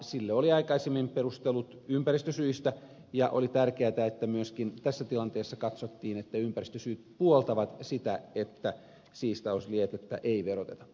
sille oli aikaisemmin perustelut ympäristösyistä ja oli tärkeätä että myöskin tässä tilanteessa katsottiin että ympäristösyyt puoltavat sitä että siistauslietettä ei veroteta